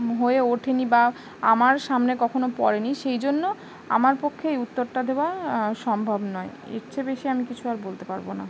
হয়ে ওঠে নি বা আমার সামনে কখনো পড়ে নি সেই জন্য আমার পক্ষে উত্তরটা দেওয়া সম্ভব নয় এরছে বেশি আমি কিছু আর বলতে পারবো না